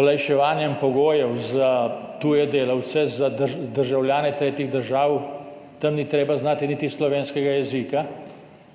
olajševanjem pogojev za tuje delavce, za državljane tretjih držav, tam ni treba znati niti slovenskega jezika,